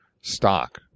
stock